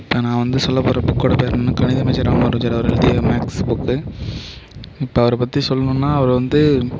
இப்போ நான் வந்து சொல்லப்போகிற புக்கோடய பேர் என்னன்னால் கணித மேதை ராமானுஜர் அவர் எழுதிய மேக்ஸ் புக்கு இப்போ அவரை பற்றி சொல்லணுன்னா அவரு வந்து